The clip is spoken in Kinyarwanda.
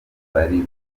bari